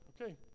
Okay